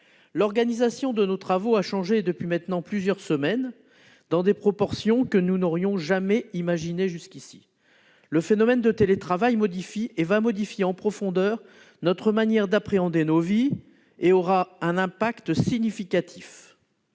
L'organisation de nos travaux a changé depuis maintenant plusieurs semaines, dans des proportions que nous n'aurions jamais imaginées jusqu'ici. Le phénomène du télétravail modifie et va modifier en profondeur notre manière d'appréhender nos vies et aura un impact significatif.